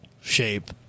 shape